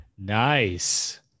Nice